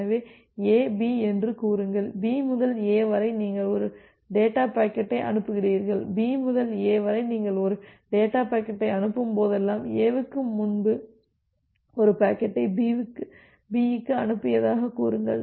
எனவே A B என்று கூறுங்கள் B முதல் A வரை நீங்கள் ஒரு டேட்டா பாக்கெட்டை அனுப்புகிறீர்கள் B முதல் A வரை நீங்கள் ஒரு டேட்டா பாக்கெட்டை அனுப்பும் போதெல்லாம் A க்கு முன்பு ஒரு பாக்கெட்டை B க்கு அனுப்பியதாகக் கூறுங்கள்